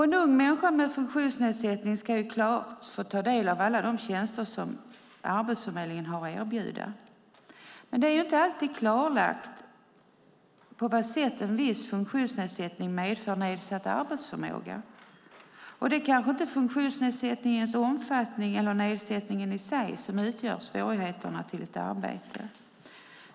En ung människa med funktionsnedsättning ska självklart få ta del av alla de tjänster som Arbetsförmedlingen har att erbjuda. Men det är inte alltid klarlagt på vilket sätt en viss funktionsnedsättning medför nedsatt arbetsförmåga. Det kanske inte är funktionsnedsättningens omfattning eller funktionsnedsättningen i sig som utgör svårigheten att få ett arbete.